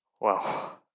Wow